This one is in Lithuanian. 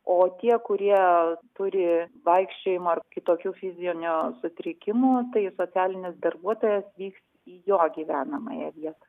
o tie kurie turi vaikščiojimo ar kitokių fizinio sutrikimų tai socialinis darbuotojas vyks į jo gyvenamąją vietą